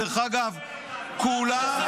דרך אגב, כולם,